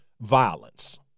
violence